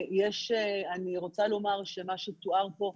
אני רוצה לומר שמה שתואר פה,